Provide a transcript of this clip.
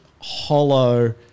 hollow